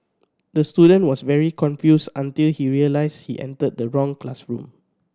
the student was very confused until he realised she entered the wrong classroom